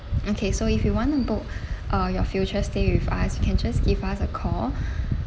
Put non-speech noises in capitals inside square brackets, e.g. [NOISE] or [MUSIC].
okay so if you want to book [BREATH] uh your future stay with us you can just give us a call [BREATH]